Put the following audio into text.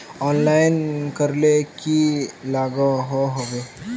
Online करले की लागोहो होबे?